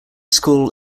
school